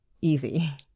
easy